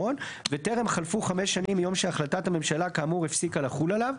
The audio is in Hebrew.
וטרם חלפו חמש שנים מיום שהחלטת הממשלה כאמור הפסיקה לחלול עליו,